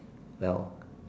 well